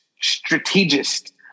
strategist